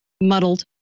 muddled